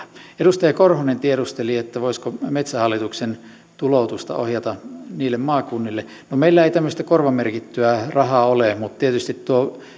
edustaja korhonen tiedusteli voisiko metsähallituksen tuloutusta ohjata maakunnille no meillä ei tämmöistä korvamerkittyä rahaa ole mutta tietysti tuo